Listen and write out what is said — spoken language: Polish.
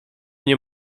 nie